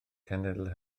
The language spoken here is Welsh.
cenedl